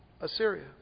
Assyria